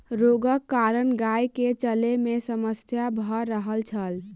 रोगक कारण गाय के चलै में समस्या भ रहल छल